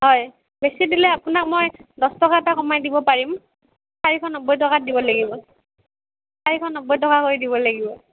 হয় বেছি দিলে আপোনাক মই দহ টকা এটা কমায় দিব পাৰিম চাৰিশ নব্বৈ টকাত দিব লাগিব চাৰিশ নব্বৈ টকা কৰি দিব লাগিব